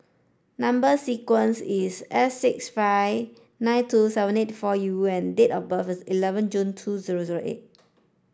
number sequence is S six five nine two seven eight four U and date of birth is eleven June two zero zero eight